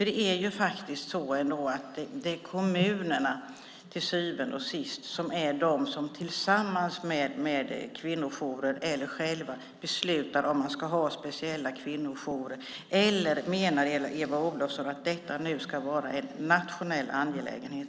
Det är ändå till syvende och sist kommunerna som tillsammans med kvinnojourer eller själva beslutar om man ska ha speciella kvinnojourer. Eller menar Eva Olofsson att detta nu ska vara en nationell angelägenhet?